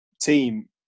team